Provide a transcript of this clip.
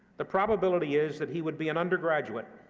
the probability is that he would be an undergraduate,